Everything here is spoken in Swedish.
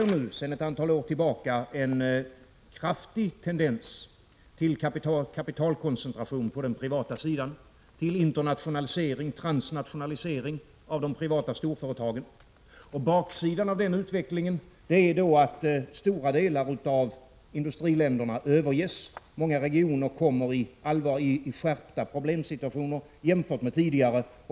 Det finns sedan ett antal år tillbaka en kraftig tendens till kapitalkoncentration på den privata sidan och till internationalisering, transnationalisering, av de privata storföretagen. Baksidan av den utvecklingen är att stora delar av industriländerna överges. Många regioner kommer i skärpta problemsituationer jämfört med tidigare.